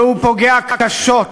והוא פוגע קשות,